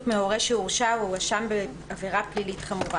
מהורה שהורשע או הואשם בעבירה פלילית חמורה